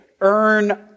earn